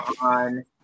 on